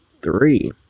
three